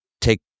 take